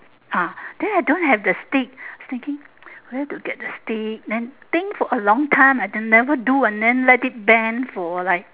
ah then I don't have the stick thinking where to get the stick then think for a long time I never do and then let it bend for like